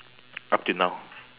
up till now